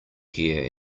hear